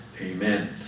Amen